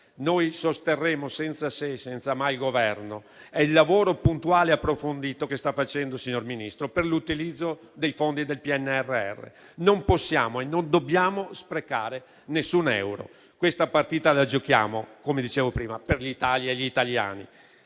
Sosterremo, senza sé e senza ma, il Governo e il lavoro puntuale e approfondito che sta facendo il signor Ministro per l'utilizzo dei fondi del PNRR. Non possiamo e non dobbiamo sprecare alcun euro. Questa partita la giochiamo - come dicevo prima - per l'Italia e per gli italiani.